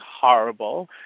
horrible